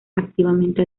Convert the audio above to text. activamente